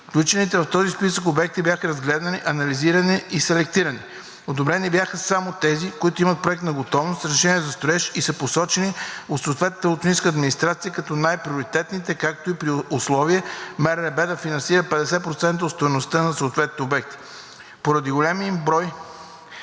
Включените в този списък обекти бяха разгледани, анализирани и селектирани. Одобрени бяха само тези проекти, които имат проектна готовност, разрешения за строеж и са посочени от съответната общинска администрация като най-приоритетни, както и при условие МРРБ да финансира 50% от стойността на съответните обекти. Поради големия брой